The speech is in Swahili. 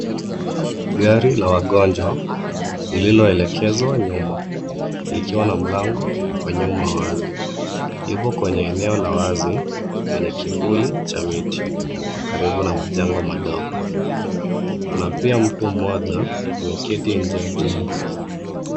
Gari la wagonjwa lililoelekezwa nyuma likiwa na mlango wa nyuma wazi. Ipo kwenye eneo la wazi lenye kivuli cha miti karibu na majengo madogo. Kuna pia mtu mmoja ameketi nje ya jengo.